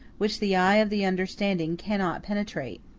which the eye of the understanding cannot penetrate.